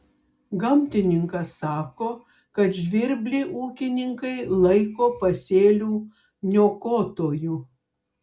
gamtininkas sako kad žvirblį ūkininkai laiko pasėlių niokotoju